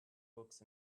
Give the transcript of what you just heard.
books